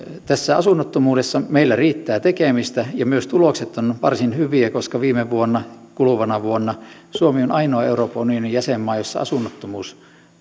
tässä asunnottomuudessa meillä riittää tekemistä ja myös tulokset ovat varsin hyviä koska viime vuonna kuluvana vuonna suomi on ainoa euroopan unionin jäsenmaa jossa asunnottomuus